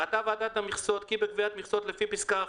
בבקשה,